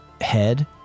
head